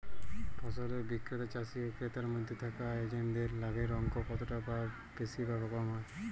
ফসলের বিক্রিতে চাষী ও ক্রেতার মধ্যে থাকা এজেন্টদের লাভের অঙ্ক কতটা বেশি বা কম হয়?